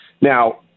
Now